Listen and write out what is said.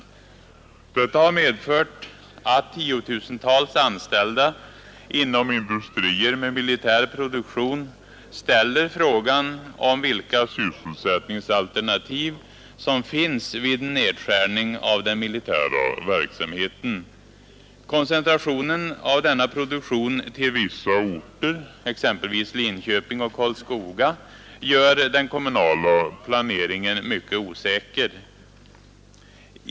Detta har medfört att tiotusentals anställda inom industrier med militär produktion ställer frågan, vilka sysselsättningsalternativ som finns vid en nedskärning av den militära verksamheten. Koncentrationen av denna produktion till vissa orter, exempelvis Linköping och Karlskoga, gör den kommunala planeringen mycket osäker.